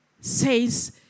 says